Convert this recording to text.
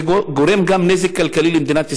זה גורם גם נזק כלכלי למדינת ישראל.